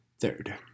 Third